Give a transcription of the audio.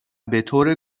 بطور